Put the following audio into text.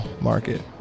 market